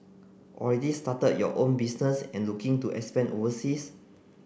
already started your own business and looking to expand overseas